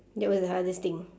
that was the hardest thing